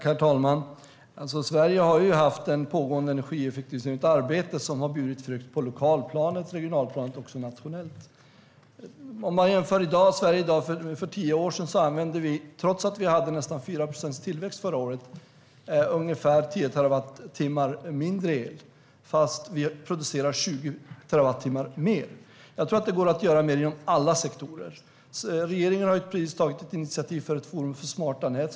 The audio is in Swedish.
Herr talman! Sverige har haft ett pågående arbete med energieffektivisering som har burit frukt på lokalplanet, regionalplanet och nationellt. Vi använder i dag i Sverige, jämfört med för tio år sedan, trots nästan 4 procent tillväxt förra året, ungefär 10 terawattimmar mindre el fast vi producerar 20 terawattimmar mer. Det går att göra mer inom alla sektorer. Regeringen har precis tagit initiativ till att inrätta ett forum för smarta nät.